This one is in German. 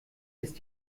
ist